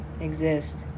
exist